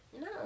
No